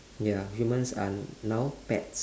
ya humans are now pets